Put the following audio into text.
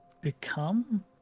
become